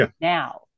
now